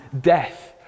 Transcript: death